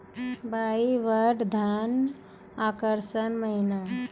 Hybrid धान आषाढ़ महीना?